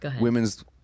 women's